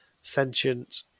sentient